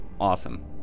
Awesome